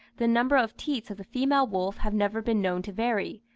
the number of teats of the female wolf have never been known to vary.